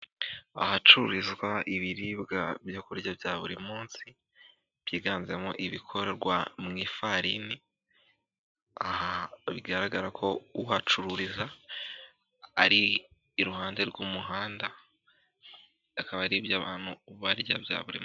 Ahacururizwa ibiribwa byo kurya bya buri munsi, byiganjemo ibikorwa mu ifarini, aha bigaragara ko uhacururiza, ari iruhande rw'umuhanda, akaba ari iby'abantu barya bya buri munsi.